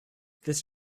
this